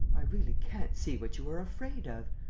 i really can't see what you are afraid of.